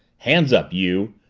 hands up you!